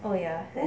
oh ya